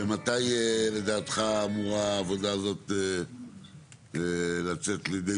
מתי לדעתך אמורה העבודה הזאת לצאת לידי